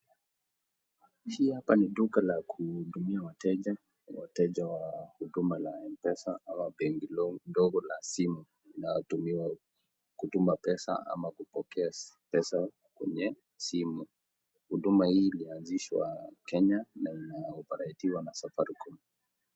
Hapa ni duka la kuhudumia wateja. Wateja wa huduma la M Pesa ama benki ndogo la simu inayotumiwa kutuma pesa ama kupokea pesa kwenye simu. Huduma hii ilianzishwa Kenya na ina operatiwa na Safaricom.